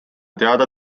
teada